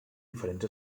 diferents